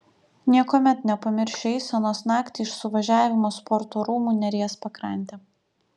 niekuomet nepamiršiu eisenos naktį iš suvažiavimo sporto rūmų neries pakrante